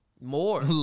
More